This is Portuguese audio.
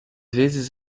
vezes